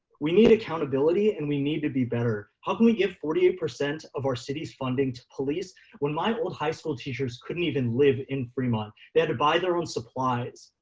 we need accountability and we need to be better. how can we give forty eight percent of our city's funding to police when my old high school teachers couldn't even live in fremont, they had to buy their own supplies?